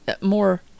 more